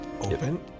open